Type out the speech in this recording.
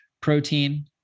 protein